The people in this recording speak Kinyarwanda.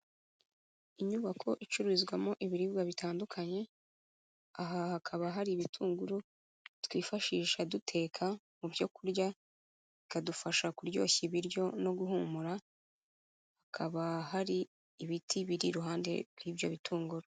Inyubako icururizwamo ibiribwa bitandukanye, aha hakaba hari ibitunguru twifashisha duteka mu byo kurya, bikadufasha kuryoshya ibiryo no guhumura, hakaba hari ibiti biri iruhande rw'ibyo bitunguru.